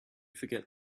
forget